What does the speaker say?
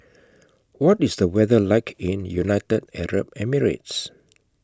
What IS The weather like in United Arab Emirates